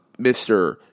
Mr